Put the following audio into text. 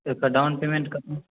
down payment कतना